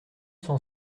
cent